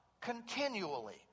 continually